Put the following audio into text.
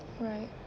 right